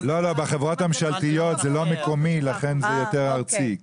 בחברות הממשלתיות זה לא מקומי לכן זה יותר ארצי.